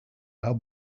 are